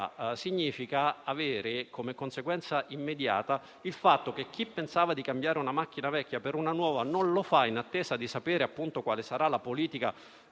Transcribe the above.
significa avere, come conseguenza immediata, il fatto che chi pensava di cambiare una macchina vecchia per una nuova non lo fa, in attesa di sapere quale sarà la politica